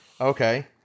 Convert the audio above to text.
Okay